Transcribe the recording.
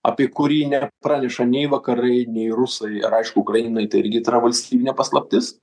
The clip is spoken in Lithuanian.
apie kurį nepranešta nei vakarai nei rusai ar aišku ukrainoj tai irgi tai yra valstybinė paslaptis